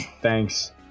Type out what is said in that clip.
Thanks